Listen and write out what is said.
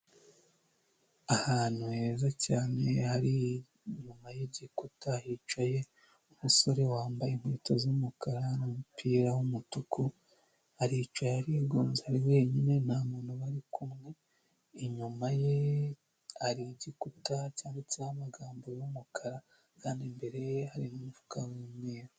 Ahantu heza cyane hari inyuma yigikuta hicaye umusore wambaye inkweto z'umukara n'umupira w'umutuku aricaye arigunze ari wenyine nta muntu bari kumwe inyuma ye hari igikuta cyanditse amagambo y'umukara kandi imbere ye hari umufuka w'umweru.